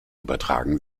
übertragen